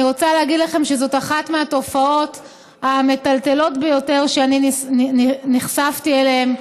אני רוצה להגיד לכם שזאת אחת התופעות המטלטלות ביותר שנחשפתי אליהן.